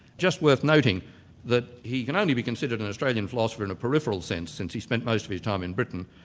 just worth nothing that he can only be considered an australian philosopher in a peripheral sense, since he spent most of his time in britain,